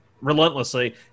relentlessly